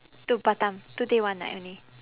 to batam two day one night only